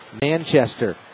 Manchester